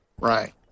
right